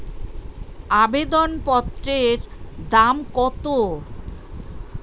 আবেদন পত্রের দাম কত?